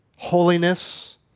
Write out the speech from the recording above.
Holiness